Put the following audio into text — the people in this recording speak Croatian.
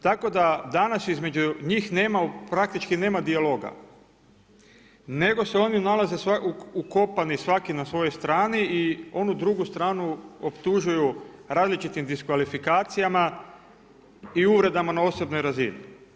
Tako da danas između njih nema praktički nema dijaloga nego se oni nalaze ukopani svaki na svojoj strani i onu drugu stranu optužuju različitim diskvalifikacijama i uvredama na osobnoj razini.